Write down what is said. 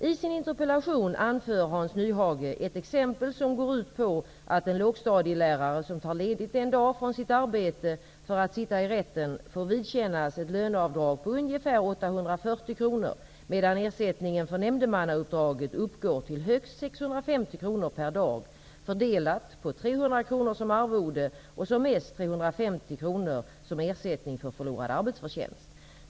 I sin interpellation anför Hans Nyhage ett exempel som går ut på att en lågstadielärare som tar ledigt en dag från sitt arbete för att sitta i rätten, får vidkännas ett löneavdrag på ungefär 840 kr medan ersättningen för nämndemannauppdraget uppgår till högst 650 kr per dag, fördelat på 300 kr som arvode och som mest 350 kr som ersättning för förlorad arbetsförtjänst.